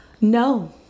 No